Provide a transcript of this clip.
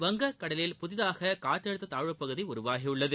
வங்கக்கடலில் புதிதாக காற்றழுத்த தாழ்வுப்பகுதி உருவாகியுள்ளது